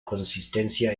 consistencia